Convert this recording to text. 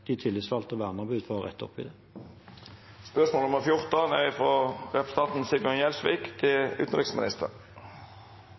de tillitsvalgte og verneombud for å rette opp i det.